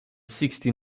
sixty